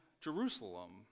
Jerusalem